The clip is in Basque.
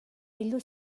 bildu